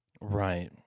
Right